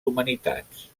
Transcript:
humanitats